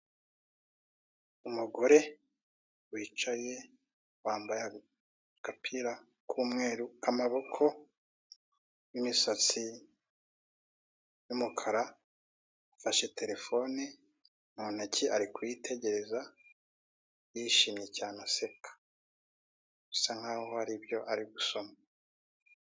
Umugore wicaye wambaye agapira k'umweru k'amaboko n'imisatsi y'umukara, afashe telefone mu ntoki ari kuyitegereza yishimye cyane aseka. Bisa nkaho hari ibyo ari gusoma.